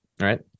right